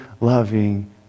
loving